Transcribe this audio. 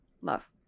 Love